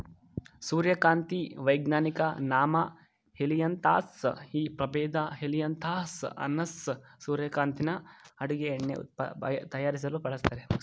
ಸೂರ್ಯಕಾಂತಿ ವೈಜ್ಞಾನಿಕ ನಾಮ ಹೆಲಿಯಾಂತಸ್ ಈ ಪ್ರಭೇದ ಹೆಲಿಯಾಂತಸ್ ಅನ್ನಸ್ ಸೂರ್ಯಕಾಂತಿನ ಅಡುಗೆ ಎಣ್ಣೆ ತಯಾರಿಸಲು ಬಳಸ್ತರೆ